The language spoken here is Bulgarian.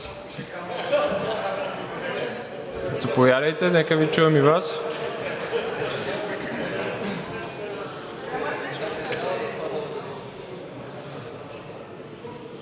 Заповядайте, нека Ви чуем и Вас.